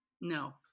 No